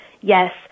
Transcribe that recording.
Yes